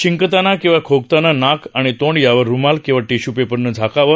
शिंकताना किंवा खोकताना नाक आणि तोंड यावर रुमाल किंवा टिश्य् पेपरनं झाकावं